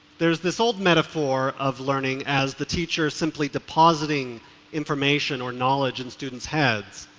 there's this old metaphor of learning as the teacher's simply depositing information or knowledge in student's heads.